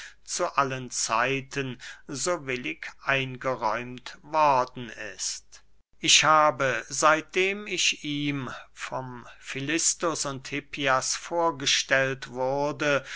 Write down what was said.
zu allen zeiten so willig eingeräumt worden ist ich habe seitdem ich ihm vom filistus und hippias vorgestellt wurde